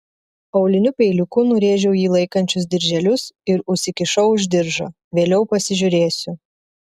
auliniu peiliuku nurėžiau jį laikančius dirželius ir užsikišau už diržo vėliau pasižiūrėsiu